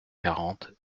quarante